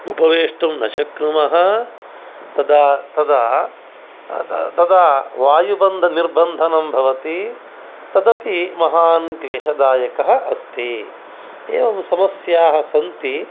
उपवेष्टुं न शक्नुमः तदा तदा तदा वायुबन्धनिर्बन्धनं भवति तदपि महान् क्लेशदायकः अस्ति एवं समस्याः सन्ति